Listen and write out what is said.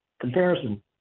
comparison